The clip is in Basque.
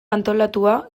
antolatua